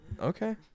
Okay